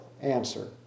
answer